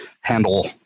handle